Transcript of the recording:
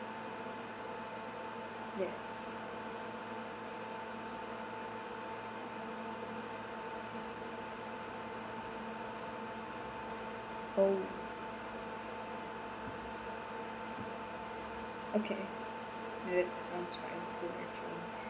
yes oh okay actually